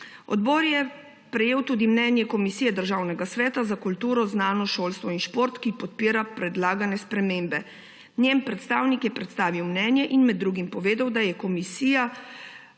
Odbor je prejel tudi mnenje Komisije Državnega sveta za kulturo, znanost, šolstvo in šport, ki podpira predlagane spremembe. Njen predstavnik je prestavil mnenje in med drugim povedal, da komisija